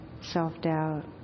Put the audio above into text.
self-doubt